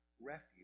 refuge